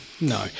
No